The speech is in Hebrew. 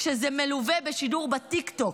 כשזה מלווה בשידור בטיקטוק,